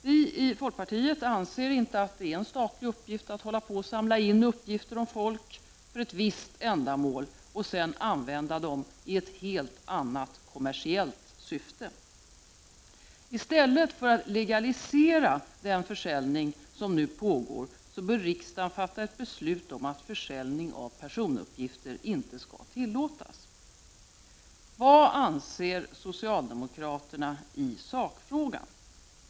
Vi i folkpartiet anser inte att det är en statlig uppgift att hålla på och samla in uppgifter om folk för ett visst ändamål och sedan använda dem i ett helt annat, kommersiellt syfte. I stället för att legalisera den försäljning som nu pågår bör riksdagen fatta ett beslut om att försäljning av personuppgifter inte skall tillåtas. Vad anser socialdemokraterna i sakfrågan?